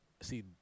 See